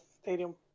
stadium